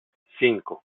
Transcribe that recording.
cinco